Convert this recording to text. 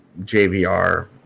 JVR